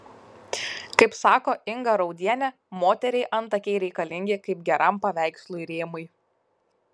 kaip sako inga raudienė moteriai antakiai reikalingi kaip geram paveikslui rėmai